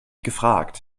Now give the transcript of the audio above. gefragt